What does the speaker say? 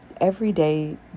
everyday